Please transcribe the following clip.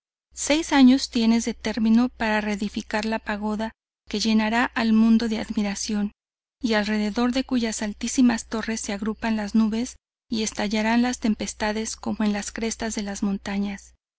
seis años tienes de termino para reedificar la pagoda que llenara al mundo de admiración y alrededor de cuyas altísimas torres se agrupan las nubes y estallaran las tempestades como en las crestas de las montañas